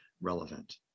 relevant